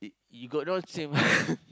you you got no shame